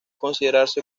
considerarse